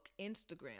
Instagram